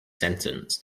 sentence